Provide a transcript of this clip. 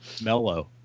Mellow